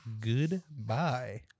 Goodbye